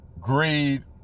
greed